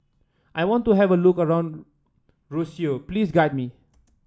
I want to have a look around Roseau please guide me